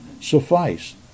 suffice